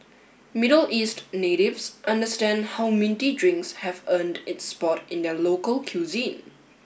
Middle East natives understand how minty drinks have earned its spot in their local cuisine